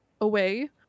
away